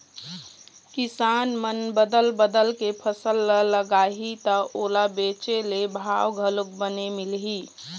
किसान मन बदल बदल के फसल ल लगाही त ओला बेचे ले भाव घलोक बने मिलही